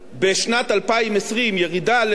ירידה לאזור ה-60% נשמר.